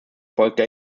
folgte